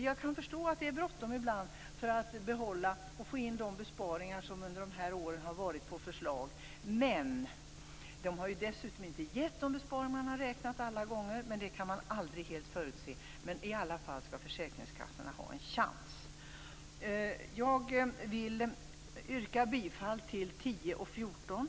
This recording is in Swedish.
Jag kan förstå att det ibland är bråttom med de besparingar som under åren har varit på förslag, men de har inte alla gånger gett de besparingar som man räknat med - det kan man aldrig helt förutse. Försäkringskassorna skall i alla fall ha en chans. Jag vill yrka bifall till reservationerna 10 och 14.